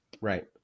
Right